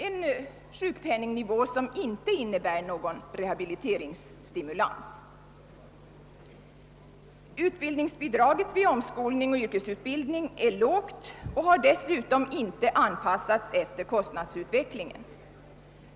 Denna sjukpenningnivå innebär inte någon rehabiliteringsstimulans. Utbildningsbidraget vid omskolning och yrkesutbildning är lågt och har dessutom inte anpassats efter kostnadsutvecklingen.